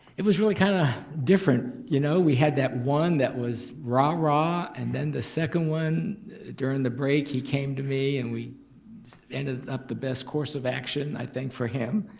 it was really kinda different, you know? we had that one that was rah-rah, and then the second one during the break, he came to me and we ended up the best course of action i think for him.